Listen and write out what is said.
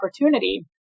opportunity